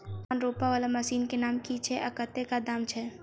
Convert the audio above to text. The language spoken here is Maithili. धान रोपा वला मशीन केँ नाम की छैय आ कतेक दाम छैय?